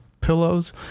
pillows